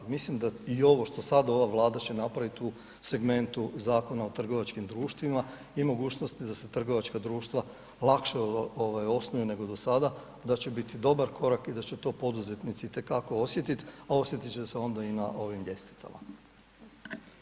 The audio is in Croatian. Mislim da i ovo što sada ova Vlada će napraviti u segmentu Zakona o trgovačkim društvima i mogućnosti da se trgovačka društva lakše osnuju nego do sada, da će biti dobar korak i da će to poduzetnici i te kako osjetiti, a osjetiti će se onda i na ovim ljestvicama.